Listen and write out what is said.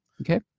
okay